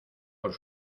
por